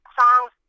songs